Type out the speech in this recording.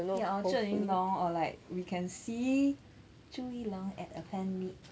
ya or zheng yin long or like we can see chu yi long at a fan meet